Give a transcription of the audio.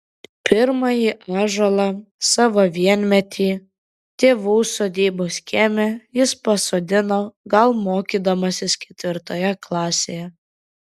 pirmąjį ąžuolą savo vienmetį tėvų sodybos kieme jis pasodino gal mokydamasis ketvirtoje klasėje